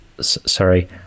sorry